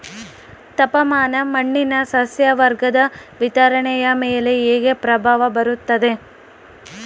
ತಾಪಮಾನ ಮಣ್ಣಿನ ಸಸ್ಯವರ್ಗದ ವಿತರಣೆಯ ಮೇಲೆ ಹೇಗೆ ಪ್ರಭಾವ ಬೇರುತ್ತದೆ?